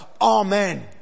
Amen